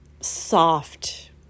soft